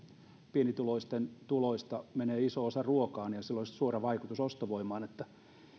pienituloisten tuloista menee iso osa ruokaan ja ja sillä olisi suora vaikutus ostovoimaan